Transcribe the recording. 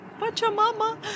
Pachamama